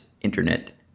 internet